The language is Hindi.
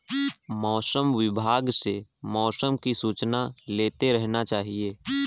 मौसम विभाग से मौसम की सूचना लेते रहना चाहिये?